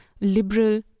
liberal